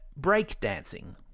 breakdancing